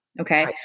Okay